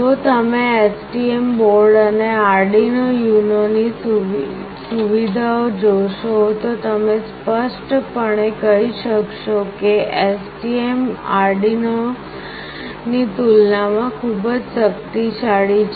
જો તમે STM board અને આર્ડિનો UNO ની સુવિધાઓ જોશો તો તમે સ્પષ્ટપણે કહી શકો છો કે STM આર્ડિનો ની તુલનામાં ખૂબ શક્તિશાળી છે